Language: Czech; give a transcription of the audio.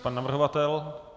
Pan navrhovatel?